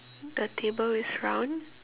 the table is round